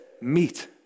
meet